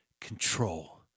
control